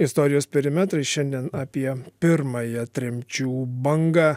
istorijos perimetrai šiandien apie pirmąją tremčių bangą